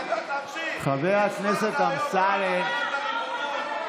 הצבעת נגד הרבנות הראשית.